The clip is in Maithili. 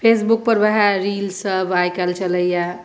फेसबुकपर उएह रीलसभ आइ काल्हि चलैए